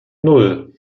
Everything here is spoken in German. nan